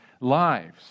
lives